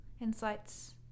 insights